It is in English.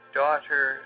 daughter